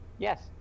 Yes